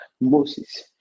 Moses